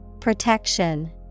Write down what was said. Protection